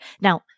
Now